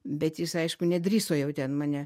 bet jis aišku nedrįso jau ten mane